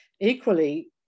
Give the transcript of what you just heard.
equally